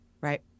right